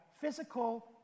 physical